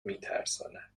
میترساند